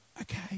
okay